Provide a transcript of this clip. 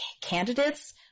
candidates